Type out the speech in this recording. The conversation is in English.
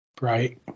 right